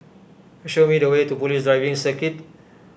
show me the way to Police Driving Circuit